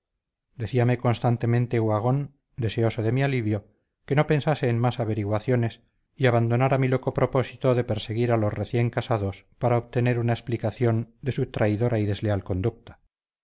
resucitaba decíame constantemente uhagón deseoso de mi alivio que no pensase en más averiguaciones y abandonara mi loco propósito de perseguir a los recién casados para obtener una explicación de su traidora y desleal conducta